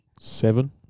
Seven